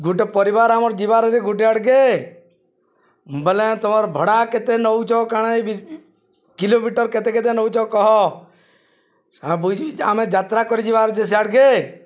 ଗୋଟେ ପରିବାର ଆମର ଯିବାର ଅଛେ ଗୁଟେ ଆଡ଼ିକେ ବଲେ ତମର ଭଡ଼ା କେତେ ନଉଛ କାଣା କିଲୋମିଟର କେତେ କେତେ ନଉଛ କହ ସ ବୁଝିଛି ଆମେ ଯାତ୍ରା କରିଯିବାର ଅଛେ ସେଆଡ଼ିକେ